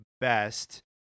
best